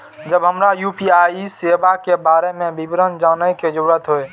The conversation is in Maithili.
जब हमरा यू.पी.आई सेवा के बारे में विवरण जानय के जरुरत होय?